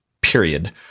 period